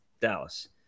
Dallas